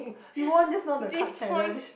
Yvonne just know the card challenge